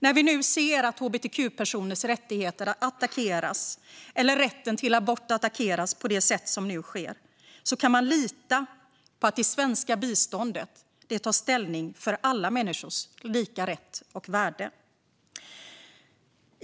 När vi ser att hbtq-personers rättigheter attackeras eller rätten till abort attackeras kan man lita på att det svenska biståndet tar ställning för alla människors lika rätt och värde.